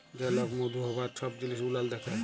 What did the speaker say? যে লক মধু হ্যবার ছব জিলিস গুলাল দ্যাখে